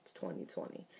2020